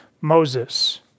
Moses